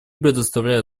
предоставляю